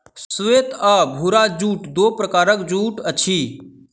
श्वेत आ भूरा जूट दू प्रकारक जूट अछि